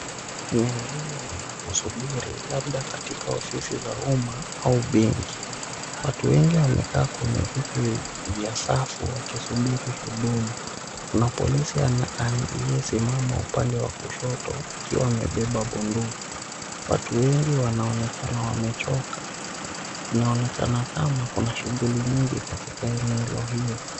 Eneo hili ni la kusubiri labda katika ofisi za umma au benki. Watu wengi wamekaa kwenye viti vya safu wakisubiri huduma. Kuna polisi pia aliyesimama upande wa kushoto akiwa amebeba bunduki. Watu wengi wanaonekana wamechoka. Inaonekana kama kuna shughuli mingi katika enelo hio.